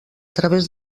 través